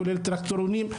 כולל טרקטורונים,